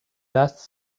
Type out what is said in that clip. lasts